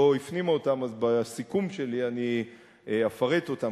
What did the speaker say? הפנימה אותן אז בסיכום שלי אני אפרט אותן,